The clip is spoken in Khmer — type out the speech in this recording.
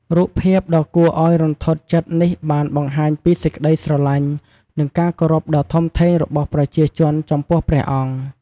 រូបភាពដ៏គួរឱ្យរន្ធត់ចិត្តនេះបានបង្ហាញពីសេចក្ដីស្រឡាញ់ និងការគោរពដ៏ធំធេងរបស់ប្រជាជនចំពោះព្រះអង្គ។